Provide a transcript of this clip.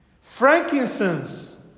Frankincense